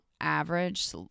average